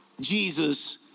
Jesus